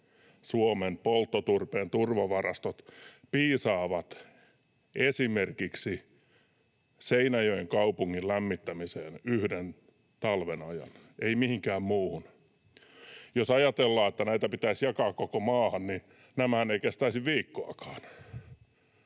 Suomen polttoturpeen turvavarastot piisaavat esimerkiksi Seinäjoen kaupungin lämmittämiseen yhden talven ajan, ei mihinkään muuhun. Jos ajatellaan, että näitä pitäisi jakaa koko maahan, niin nämähän eivät kestäisi viikkoakaan.